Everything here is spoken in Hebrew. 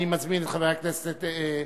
אני מזמין את חבר הכנסת רוברט,